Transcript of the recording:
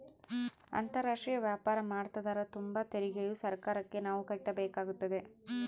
ಅಂತಾರಾಷ್ಟ್ರೀಯ ವ್ಯಾಪಾರ ಮಾಡ್ತದರ ತುಂಬ ತೆರಿಗೆಯು ಸರ್ಕಾರಕ್ಕೆ ನಾವು ಕಟ್ಟಬೇಕಾಗುತ್ತದೆ